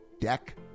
deck